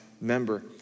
member